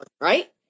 right